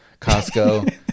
costco